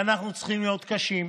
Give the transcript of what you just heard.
ואנחנו צריכים להיות קשים,